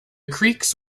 creeks